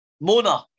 Mona